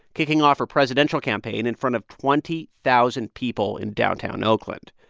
kicking off her presidential campaign in front of twenty thousand people in downtown oakland.